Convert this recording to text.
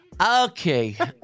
Okay